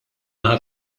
naħa